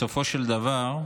בסופו של דבר,